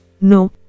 No